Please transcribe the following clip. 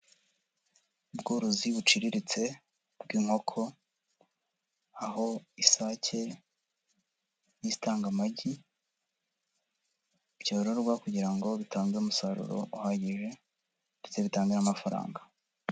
Ubworozi buciriritse bw'inkoko, aho isake n'itanga amagi byororwa kugira ngo bitange umusaruro uhagije ndetse bitange n'amafaranga.